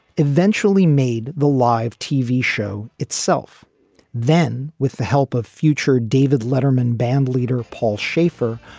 eventually made the live tv show itself then, with the help of future david letterman, bandleader paul schaffer,